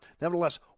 nevertheless